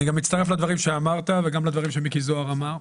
אני גם מצטרף לדברים שאמרת וגם לדברים שמיקי זוהר אמר.